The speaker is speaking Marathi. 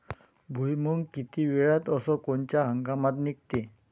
भुईमुंग किती वेळात अस कोनच्या हंगामात निगते?